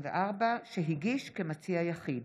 ופ/809/24, שהגיש כמציע יחיד.